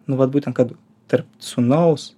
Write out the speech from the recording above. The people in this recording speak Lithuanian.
nu vat būtent kad tarp sūnaus